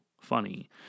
funny